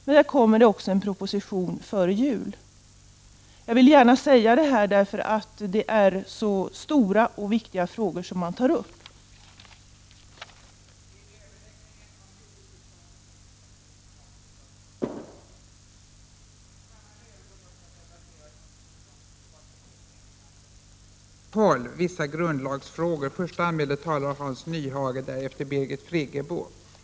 Det kommer dock en proposition före jul, och det är stora och viktiga frågor som motionärerna tar upp.